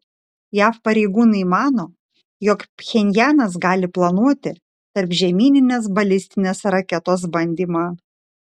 jav pareigūnai mano jog pchenjanas gali planuoti tarpžemyninės balistinės raketos bandymą